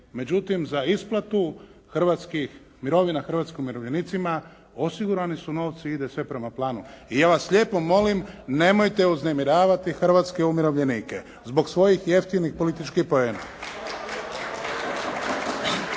međutim za isplatu hrvatskih mirovina hrvatskim umirovljenicima osigurani su novci i ide sve prema planu. I ja vas lijepo molim, nemojte uznemiravati hrvatske umirovljenike zbog svojih jeftinih političkih poena.